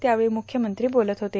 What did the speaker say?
त्यावेळी मुख्यमंत्री बोलत होते